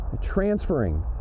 transferring